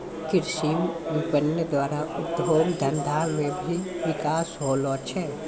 कृषि विपणन द्वारा उद्योग धंधा मे भी बिकास होलो छै